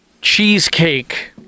cheesecake